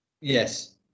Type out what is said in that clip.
Yes